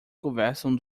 conversam